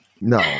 no